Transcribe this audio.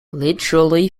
literally